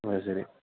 അതു ശെരി